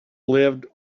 lived